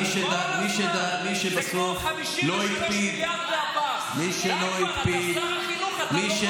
הם לא מבינים את זה, זה מדהים.